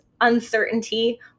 uncertainty